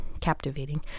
captivating